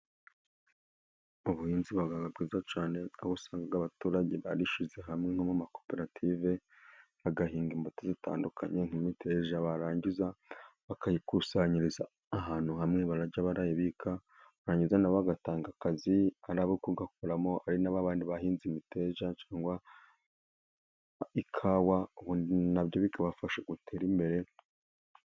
Ubuhinzi buba bwiza cyane. Aho usanga abaturage barishyize hamwe nko mu makoperative bagahinga imbuto zitandukanye, nk'imibiteje. Barangiza bakayikusanyiriza ahantu hamwe, bakajya bayibika. Barangiza nabo bagatanga akazi. Ari abo kugakuramo, ari n'ababandi bahinze imiteja cyangwa ikawa nabo bikabafasha gutere imbere.